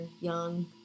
young